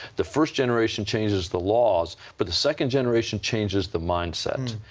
the first generation changes the laws but the second generation changes the mindset.